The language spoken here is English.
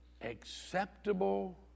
Acceptable